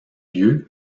lieu